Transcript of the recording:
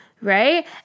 right